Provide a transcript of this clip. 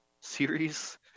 series